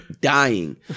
dying